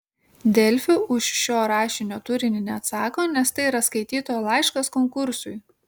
delfi už šio rašinio turinį neatsako nes tai yra skaitytojo laiškas konkursui